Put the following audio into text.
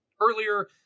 earlier